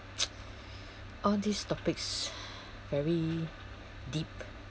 all these topics very deep